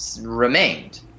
remained